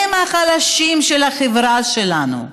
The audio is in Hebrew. הם החלשים של החברה שלנו,